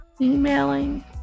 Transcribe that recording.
emailing